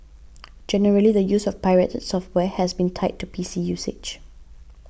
generally the use of pirated software has been tied to P C usage